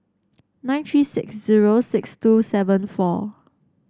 nine three six zero six two seven four